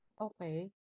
Okay